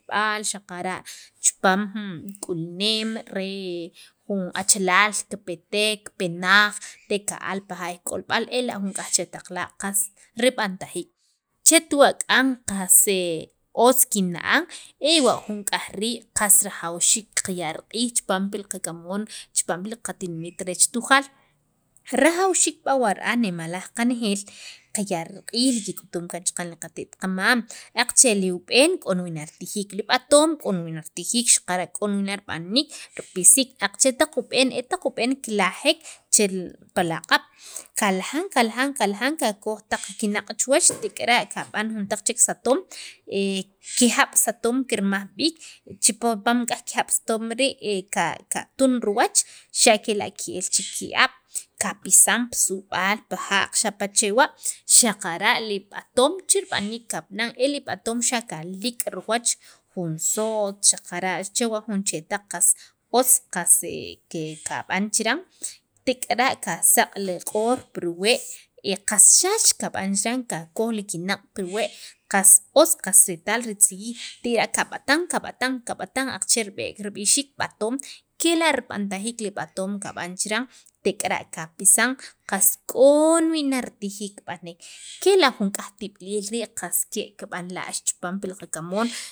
b'an xaqara' chipaam jun k'ulneem re jun achalaal kipetek, kipe naj re ka'al pi jaay k'olb'al ela' jun k'aj chetaq la' qas rib'antajiik chetwa' k'an qas otz kina'an ewa' jun k'aj rii' qas rajawxiik qaya' riq'iij chipaam li qakamoon chipaam li qatinimit reech Tujaal rajawxiik b'awa' ra'aj nemalaj qanejeel qaya' riq'iij li kik'utum chaqan li qate't qamam aqache li ub'en k'on wii' nan ritijiik, li b'atoom k'o wii' nan ritjiik xaqara' rib'aniik, ripisiik aqache' taq ub'een e taq ub'en kilajek che pa la q'ab' kalajan kalajan kalajan kakoj taq kinaq' chu wach tek'ara' kab'an nik'yaj chek satoom, kijab' satoom kirmaj b'iik chipaam nik'yaj kijab' satom rii' ka qatun riwach xa' kela' ke' ki'ab' qapisan pi sub'aal, pi ja'q xapa' chewa' xaqara' li b'atoom che rib'aniik kab'anan el li b'atoom xa' kaliik' riwach jun so't xaqara' chewa' jun chetaq qas otz qas e kab'an chiranltek'ara' kaq'ar li qor pirwe' e qas xax kab'an chiran kakoj li kinaq' pirwe' qas retaal li tziyiil tekara' kab'atan kab'atan kab'atan aqache' rib'e' rib'antajiik li b'atoom qab'an chiran tek'ara' qapisan qa k'o na wii' ritijiik kib'aniik kela' jun k'aj tib'iliil rii' qas ke' kib'anla'xek pi qakamoon.